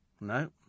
No